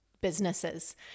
businesses